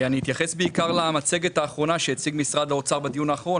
אני אתייחס בעיקר למצגת האחרונה שהציג משרד האוצר בדיון האחרון,